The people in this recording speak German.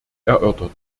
erörtert